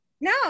No